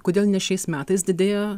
kodėl ne šiais metais didėjo